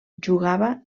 jugava